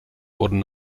wurden